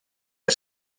que